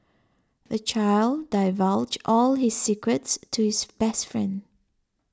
the child divulged all his secrets to his best friend